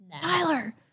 Tyler